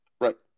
Right